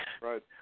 right